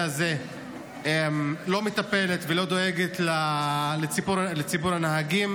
הזה לא מטפלת ולא דואגת לציבור הנהגים,